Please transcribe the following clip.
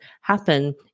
happen